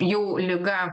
jau liga